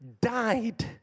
died